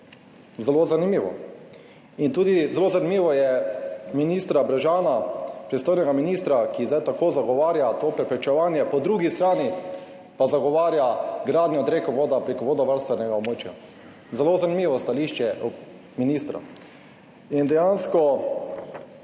Zelo zanimivo. In tudi zelo zanimivo je ministra Brežana, pristojnega ministra, ki zdaj tako zagovarja to preprečevanje, po drugi strani pa zagovarja gradnjo drekovoda preko vodovarstvenega območja. Zelo zanimivo stališče ministra. In dejansko